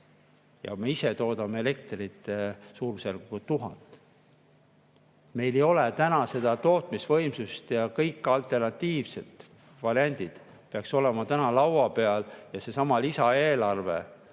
Ja me ise toodame elektrit suurusjärgus 1000. Meil ei ole täna seda tootmisvõimsust ja kõik alternatiivsed variandid peaks olema laua peal ja seesama lisaeelarve